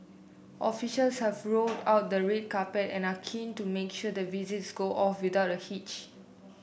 officials have rolled out the red carpet and are keen to make sure the visits go off without a hitch